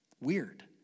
weird